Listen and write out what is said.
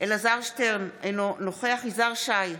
אלעזר שטרן, אינו נוכח יזהר שי,